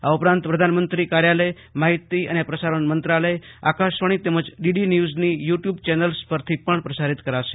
આ ઉપરાંત પ્રધાનમંત્રી કાર્યાલય માહિતી અને પ્રસારણ મંત્રાલય આકાશવાણી તેમજ ડીડી ન્યુઝની યુ ટ્યુબ ચેન્લસ પરથી પણ પ્રસારિત કરાશે